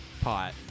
pot